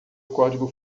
código